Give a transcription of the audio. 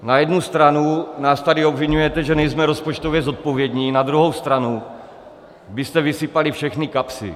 Na jednu stranu nás tady obviňujete, že nejsme rozpočtově zodpovědní, na druhou stranu byste vysypali všechny kapsy.